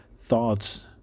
thoughts